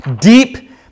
deep